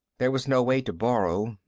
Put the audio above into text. there was no way to borrow.